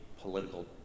political